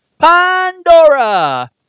Pandora